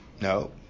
No